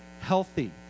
healthy